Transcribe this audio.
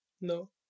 No